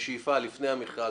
בשאיפה לפני המכרז,